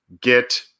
get